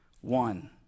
One